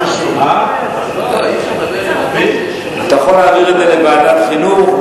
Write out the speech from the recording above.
אתה יכול להעביר את זה לוועדת החינוך,